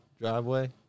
driveway